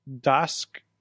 dusk